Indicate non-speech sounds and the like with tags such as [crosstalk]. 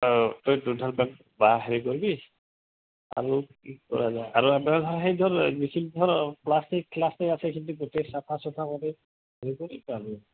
অঁ তই দুডাল [unintelligible] বাঁহ হেৰি কৰিবি আৰু কি কৰা যায় আৰু [unintelligible] সেই ধৰ বিশেষ ধৰ প্লাষ্টিক প্লাষ্টিক আছে কিন্তু গোটেই চাফা চুফা কৰি হেৰি কৰি [unintelligible]